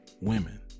women